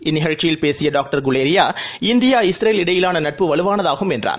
இந்தநிகழ்ச்சியில் பேசியடாக்டர் குவேரியா இந்தியா இஸ்ரேல் இடையிலானநட்பு வலுவானதாகும் என்றார்